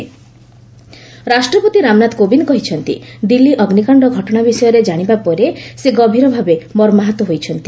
ପ୍ରେଜ୍ ଦିଲ୍ଲୀ ଫାୟାର୍ ରାଷ୍ଟ୍ରପତି ରାମନାଥ କୋବିନ୍ଦ କହିଛନ୍ତି ଦିଲ୍ଲୀ ଅଗ୍ନିକାଣ୍ଡ ଘଟଣା ବିଷୟରେ ଜାଣିବା ପରେ ସେ ଗଭୀର ଭାବେ ମର୍ମାହତ ହୋଇଛନ୍ତି